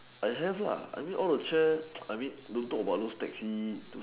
I have lah I mean all the chair I mean don't talk about those taxis